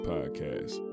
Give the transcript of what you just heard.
Podcast